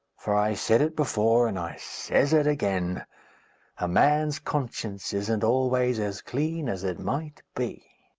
for i said it before, and i says it again a man's conscience isn't always as clean as it might be.